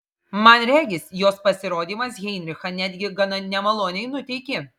man regis jos pasirodymas heinrichą netgi gana nemaloniai nuteikė